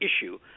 issue